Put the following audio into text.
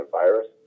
virus